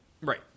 Right